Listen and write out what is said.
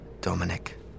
Dominic